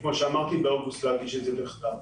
כמו שאמרתי, באוגוסט נגיש את זה בכתב.